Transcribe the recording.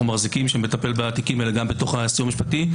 מחזיקים שמטפל בתיקים האלה גם בסיוע המשפטי,